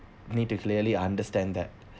need to clearly understand that